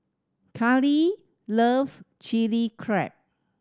Caylee loves Chilli Crab